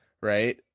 right